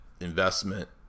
investment